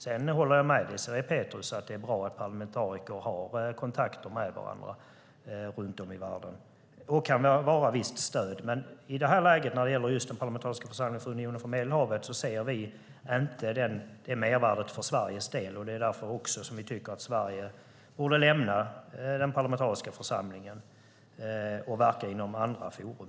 Jag håller med Désirée Pethrus om att det är bra att parlamentariker har kontakt med varandra runt om i världen och kan innebära visst stöd för varandra. Men i det här läget, när det gäller just den parlamentariska församlingen för Unionen för Medelhavet, ser vi inte mervärdet för Sveriges del. Det är också därför som vi tycker att Sverige borde lämna den parlamentariska församlingen och verka inom andra forum.